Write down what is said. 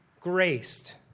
graced